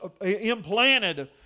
implanted